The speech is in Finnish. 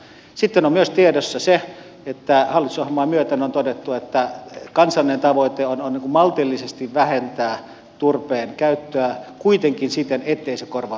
sitten on myös tiedossa se että hallitusohjelmaa myöten on todettu että kansallinen tavoite on maltillisesti vähentää turpeen käyttöä kuitenkin siten ettei se korvaudu kivihiilellä